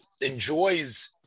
enjoys